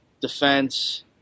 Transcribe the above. defense